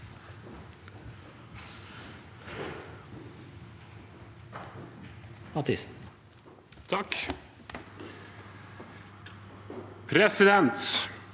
Presidenten